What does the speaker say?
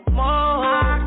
more